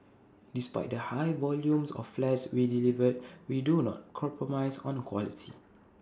despite the high volume of flats we delivered we do not compromise on quality